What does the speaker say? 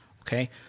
Okay